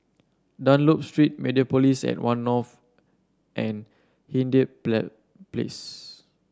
Dunlop Street Mediapolis at One North and Hindhede Plow Place